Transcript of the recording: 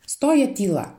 stoja tyla